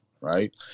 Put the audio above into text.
right